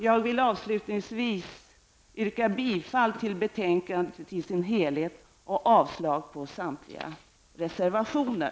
Jag vill avslutningsvis yrka bifall till utskottets hemställan i dess helhet och avslag på samtliga reservationer.